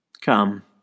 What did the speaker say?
Come